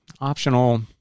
optional